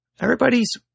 Everybody's